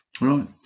Right